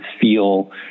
feel